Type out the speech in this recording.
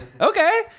Okay